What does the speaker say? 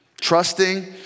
Trusting